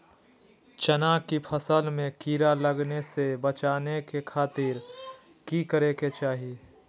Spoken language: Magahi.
चना की फसल में कीड़ा लगने से बचाने के खातिर की करे के चाही?